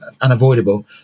unavoidable